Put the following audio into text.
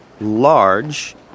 large